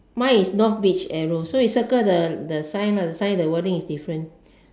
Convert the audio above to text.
mine is north beach arrow so you circle the the sign the sign the wording is different